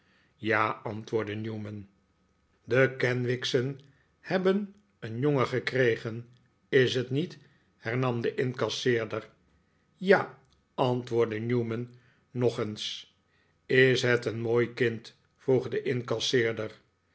ja antwoordde newman de kenwigs'en hebben een jongen gekregen is t niet hernam de incasseerder ja antwoordde newman nog eens is het een mooi kind vroeg de incasseerder